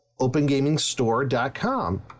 OpenGamingStore.com